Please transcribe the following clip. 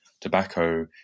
tobacco